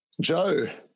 joe